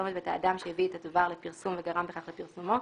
הפרסומת ואת האדם שהביא את הדבר לפרסום וגרם בכך לפרסומו,